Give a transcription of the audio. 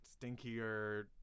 stinkier